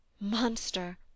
monster